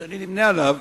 שאני נמנה עמו,